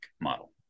model